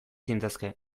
zintezke